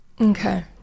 okay